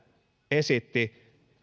esitti